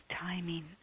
timing